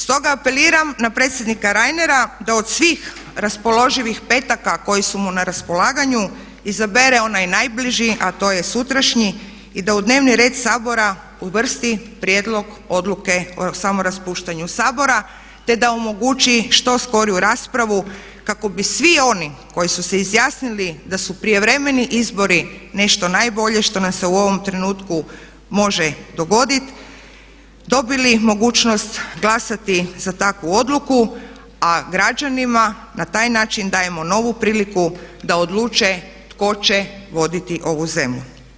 Stoga apeliram na predsjednika Reinera da od svih raspoloživih petaka koji su mu na raspolaganju izabere onaj najbliži a to je sutrašnji i da u dnevni red Sabora uvrsti prijedlog Odluke o samo raspuštanju Sabora te da omogući što skoriju raspravu kako bi svi oni koji su se izjasnili da su prijevremeni izbori nešto najbolje što nam se u ovom trenutku može dogoditi dobili mogućnost glasati za takvu odluku a građanima na taj način dajemo novu priliku da odluče tko će voditi ovu zemlju.